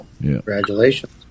Congratulations